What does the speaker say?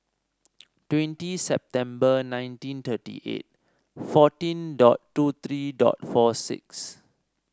twenty September nineteen thirty eight fourteen dot two three dot four six